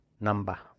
number